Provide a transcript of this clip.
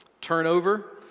turnover